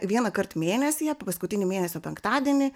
vienąkart mėnesyje paskutinį mėnesio penktadienį